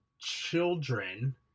Children